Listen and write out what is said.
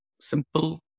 Simple